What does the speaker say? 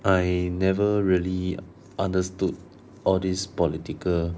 I never really understood all this political